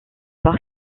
par